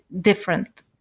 different